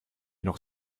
noch